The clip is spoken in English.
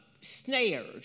snared